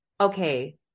okay